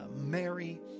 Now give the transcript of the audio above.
Mary